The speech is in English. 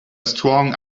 strong